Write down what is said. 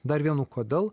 dar vienu kodėl